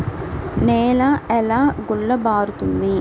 నేల ఎలా గుల్లబారుతుంది?